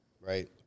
Right